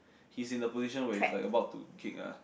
he's in the position where he's like about to kick ah